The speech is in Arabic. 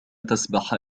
تسبح